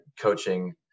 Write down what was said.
coaching